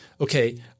Okay